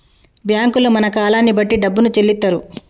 బ్యాంకుల్లో మన కాలాన్ని బట్టి డబ్బును చెల్లిత్తరు